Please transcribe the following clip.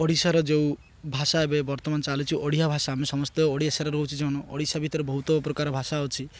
ଓଡ଼ିଶାର ଯେଉଁ ଭାଷା ଏବେ ବର୍ତ୍ତମାନ ଚାଲିଛି ଓଡ଼ିଆ ଭାଷା ଆମେ ସମସ୍ତେ ଓଡ଼ିଶାରେ ରହୁଛି ଜଣ ଓଡ଼ିଶା ଭିତରେ ବହୁତ ପ୍ରକାର ଭାଷା ଅଛି